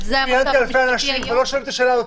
ראיינתי אלפי אנשים ולא שאלתי את השאלה הזאת.